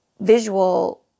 visual